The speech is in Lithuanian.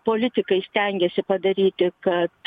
politikai stengiasi padaryti kad